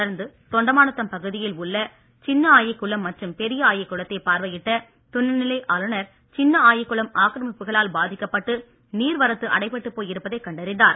தொடர்ந்து தொண்டமாநத்தம் பகுதியில் உள்ள சின்ன ஆயி குளம் மற்றும் பெரிய ஆயி குளத்தை பார்வையிட்ட துணைநிலை ஆளுநர் சின்ன ஆயி குளம் ஆக்கிரமிப்புகளால் பாதிக்கப்பட்டு நீர் வரத்து அடைபட்டு போய் இருப்பதை கண்டறிந்தார்